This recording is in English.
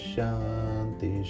Shanti